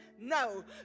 No